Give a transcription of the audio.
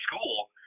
school